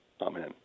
Amen